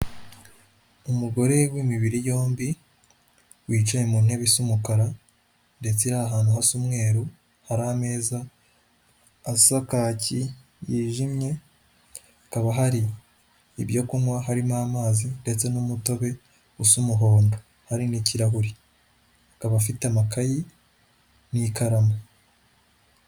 Umugore w'imibiri yombi wicaye mu ntebe isa umukara ndetse ari ahantu hasa umweru, hari ameza asa kaki, yijimye, hakaba hari ibyo kunywa harimo amazi ndetse n'umutobe usa umuhondo, hari n'ikirahure. Akaba afite amakayi n'ikaramu.